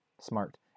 smart